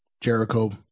Jericho